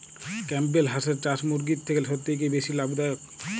Campbell হাঁসের চাষ মুরগির থেকে সত্যিই কি বেশি লাভ দায়ক?